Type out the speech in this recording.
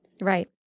Right